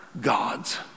God's